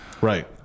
right